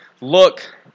look